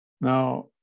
Now